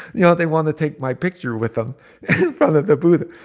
you know they want to take my picture with them in front of the buddha.